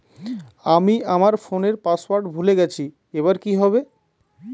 আমি আমার ফোনপের পাসওয়ার্ড ভুলে গেছি এবার কি হবে?